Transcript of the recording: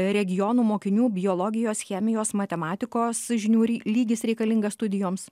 regionų mokinių biologijos chemijos matematikos žinių ry lygis reikalingas studijoms